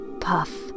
puff